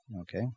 okay